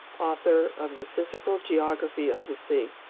author of the physical geography of the sea.